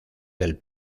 del